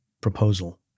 proposal